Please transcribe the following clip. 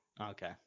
Okay